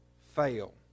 fail